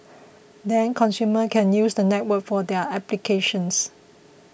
then consumers can use the network for their applications